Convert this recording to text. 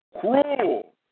cruel